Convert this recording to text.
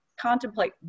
contemplate